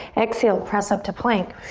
exhale, press up to plank.